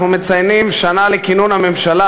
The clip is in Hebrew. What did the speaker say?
אנחנו מציינים שנה לכינון הממשלה,